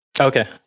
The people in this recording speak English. Okay